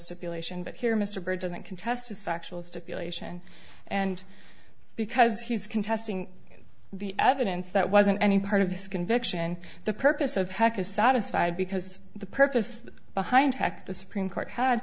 stipulation but here mr bird doesn't contest is factual stipulation and because he's contesting the evidence that wasn't any part of this conviction the purpose of hackers satisfy because the purpose behind the supreme court had